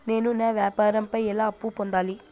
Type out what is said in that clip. నేను నా వ్యాపారం పై ఎలా అప్పు పొందాలి?